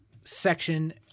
section